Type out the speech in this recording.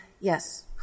Yes